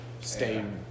stay